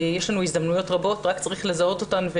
יש לנו הזדמנויות רבות ורק צריך לזהות אותן.